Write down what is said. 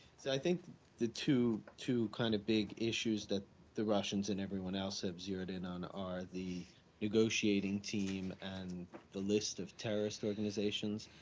see, i think the two two kind of big issues that the russians and everyone else have zeroed in on are the negotiating team and the list of terrorist organizations.